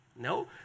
No